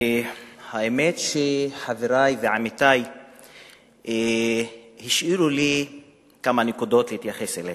האמת היא שחברי ועמיתי השאירו לי כמה נקודות להתייחס אליהן.